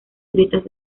grietas